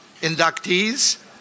inductees